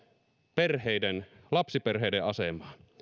lapsiperheiden asemaa